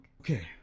Okay